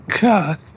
God